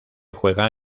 juega